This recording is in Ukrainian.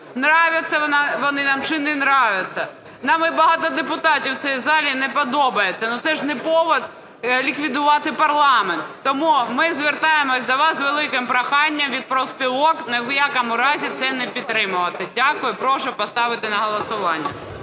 нравятся вони нам чи не нравятся. Нам і багато депутатів в цій залі не подобаються, але це ж не привід ліквідувати парламент. Тому ми звертаємося до вас з великим проханням від профспілок ні в якому разі це не підтримувати. Дякую. Прошу поставити на голосування.